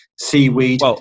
seaweed